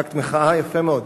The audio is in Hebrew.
אקט מחאה, יפה מאוד.